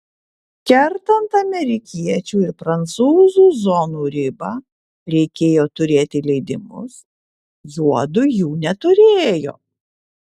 kertant amerikiečių ir prancūzų zonų ribą reikėjo turėti leidimus juodu jų neturėjo